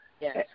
Yes